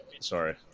sorry